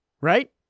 Right